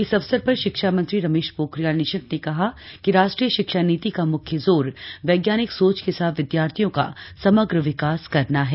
इस अवसर पर शिक्षा मंत्री रमेश पोखरियाल निशंक ने कहा कि राष्ट्रीय शिक्षा नीति का मुख्य जोर वैज्ञानिक सोच के साथ विद्यार्थियों का समग्र विकास करना है